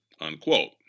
Unquote